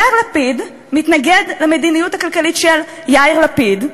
יאיר לפיד מתנגד למדיניות הכלכלית של יאיר לפיד.